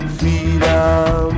freedom